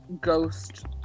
ghost